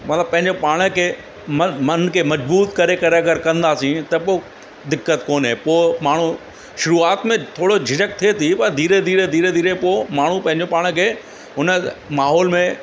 मतिलबु पंहिंजो पाण खे मन खे मज़बूत करे करे अगरि कंदासीं त पोइ दिक़त कोन्हे पोइ माण्हू शुरूआति में थोरो झिझक थिए थी पर धीरे धीरे धीरे धीरे पोइ माण्हू पंहिंजो पाण खे हुन माहौल में